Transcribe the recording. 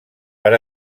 per